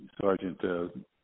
Sergeant